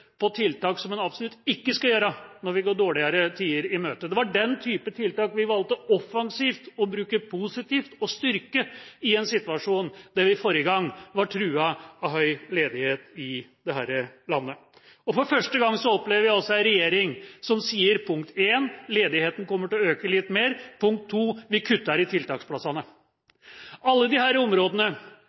på tiltak som en absolutt ikke skal gjøre når vi går dårligere tider i møte. Det var denne typen tiltak vi valgte offensivt å bruke positivt og styrke forrige gang vi var i en situasjon der vi var truet av høy ledighet i dette landet. For første gang opplever vi en regjering som sier – pkt. 1 – ledigheten kommer til å øke litt mer, og – pkt. 2 – vi kutter i tiltaksplassene. Alle disse områdene